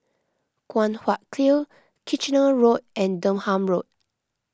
Guan Huat Kiln Kitchener Road and Durham Road